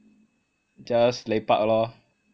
just lepak lor